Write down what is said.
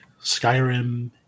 Skyrim